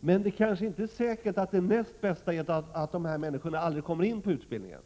men det kanske inte är säkert att det näst bästa är att dessa människor aldrig kommer in på utbildningen.